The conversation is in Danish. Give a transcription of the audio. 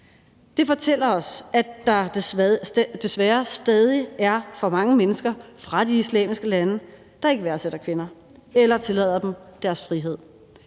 Det fortæller os, at der desværre stadig er for mange mennesker fra de islamiske lande, der ikke værdsætter kvinder eller tillader dem deres frihed.